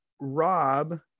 Rob